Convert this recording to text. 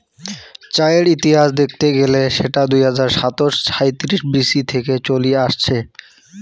চায়ের ইতিহাস দেখত গেলে সেটা দুই হাজার সাতশ সাঁইত্রিশ বি.সি থেকে চলি আসছে